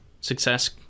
success